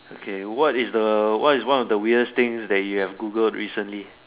okay what is the what is one of the weirdest things that you have Googled recently